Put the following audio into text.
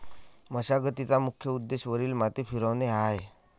मशागतीचा मुख्य उद्देश वरील माती फिरवणे हा आहे